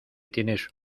tienes